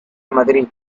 madrid